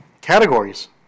Categories